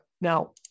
now